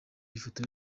ifoto